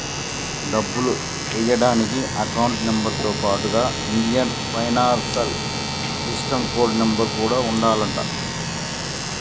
డబ్బులు ఎయ్యడానికి account number తో పాటుగా Indian financial system code number కూడా ఉండాలంట